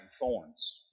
thorns